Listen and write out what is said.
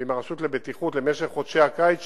ועם הרשות לבטיחות למשך חודשי הקיץ,